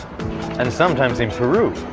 and sometimes in peru,